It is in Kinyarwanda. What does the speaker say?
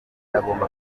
agomba